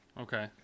Okay